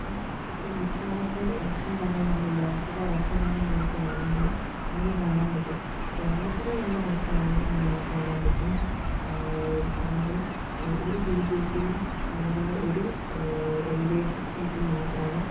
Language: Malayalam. അപ്പം ഇപ്പം ഇത്തവണത്തെ എലക്ഷൻ തന്നെ നമ്മള് ലോകസഭാ എലക്ഷൻ തന്നെ നോക്കയാണെങ്കില് നമ്മള് കാണാൻ പറ്റും ഇപ്പ കേരളത്തിലെ നമ്മള് നോക്കുവാണങ്കില് നമുക്ക് കാണാൻ പറ്റും ആണെങ്കിൽ ഒരു ബി ജെ പി യും അതുപോലെന്നെ ഒരു എൽ ഡി എഫ് സീറ്റും മാത്രമാണ്